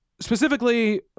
specifically